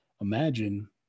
Imagine